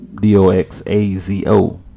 D-O-X-A-Z-O